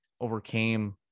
Overcame